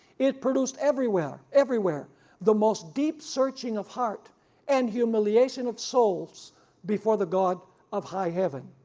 it produced everywhere everywhere the most deep searching of heart and humiliation of souls before the god of high heaven.